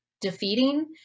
defeating